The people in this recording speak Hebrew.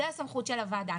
זאת הסמכות של הוועדה.